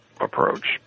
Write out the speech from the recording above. approach